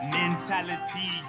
mentality